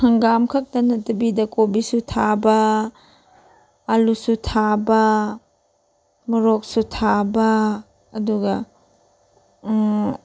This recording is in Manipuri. ꯍꯪꯒꯥꯝꯈꯛꯇ ꯅꯠꯇꯕꯤꯗ ꯀꯣꯕꯤꯁꯨ ꯊꯥꯕ ꯑꯂꯨꯁꯨ ꯊꯥꯕ ꯃꯣꯔꯣꯛꯁꯨ ꯊꯥꯕ ꯑꯗꯨꯒ